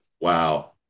wow